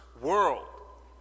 world